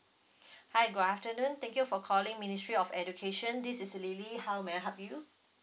hi good afternoon thank you for calling ministry of education this is lily how may I help you